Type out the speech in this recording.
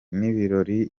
n’ibirori